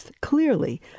clearly